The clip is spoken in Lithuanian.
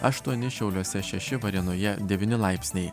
aštuoni šiauliuose šeši varėnoje devyni laipsniai